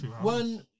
one